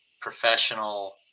professional